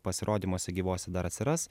pasirodymuose gyvuose dar atsiras